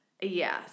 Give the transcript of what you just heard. Yes